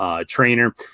trainer